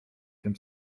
tym